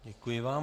Děkuji vám.